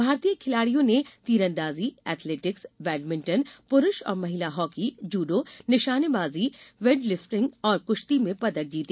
भारतीय खिलाड़ियों ने तीरंदाजी एथलेटिक्स बैडमिंटन पुरुष और महिला हॉकी जूडो निशानेबाजी भारोत्तोलन और कुश्ती में पदक जीते